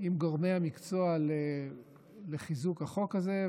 עם גורמי המקצוע לקידום החוק הזה,